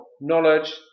knowledge